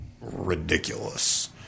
ridiculous